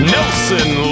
Nelson